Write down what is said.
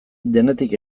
denetik